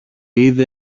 είδε